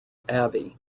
abbey